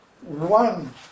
one